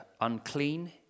unclean